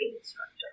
instructor